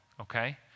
okay